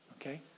Okay